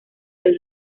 del